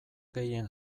gehien